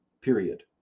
period